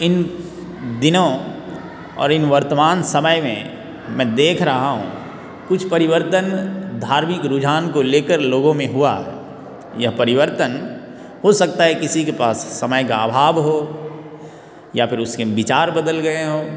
इन दिनों और इन वर्तमान समय में मैं देख रहा हूँ कुछ परिवर्तन धार्मिक रुझान को ले कर लोगों में हुआ यह परिवर्तन हो सकता है किसी के पास समय का अभाव हो या फिर उसकें विचार बदल गए हों